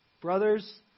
Brothers